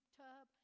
tub